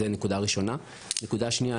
נקודה שנייה,